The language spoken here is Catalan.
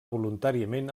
voluntàriament